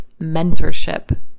mentorship